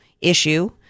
issue